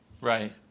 Right